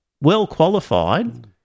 well-qualified